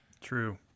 True